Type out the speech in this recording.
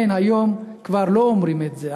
היום כבר לא אומרים את זה.